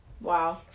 Wow